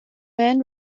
men